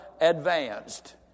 advanced